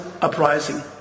uprising